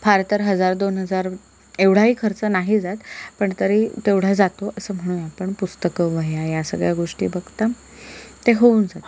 फार तर हजार दोन हजार एवढाही खर्च नाही जात पण तरी तेवढा जातो असं म्हणूया आपण पुस्तकं वह्या या सगळ्या गोष्टी बघता ते होऊन जातं